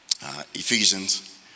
Ephesians